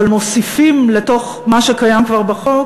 אבל מוסיפים לתוך מה שקיים כבר בחוק